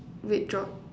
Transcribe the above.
red dot